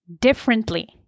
differently